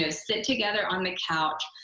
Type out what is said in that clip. know, sit together on the couch,